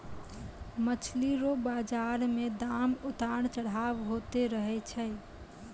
मछली रो बाजार मे दाम उतार चढ़ाव होते रहै छै